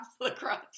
Lacrosse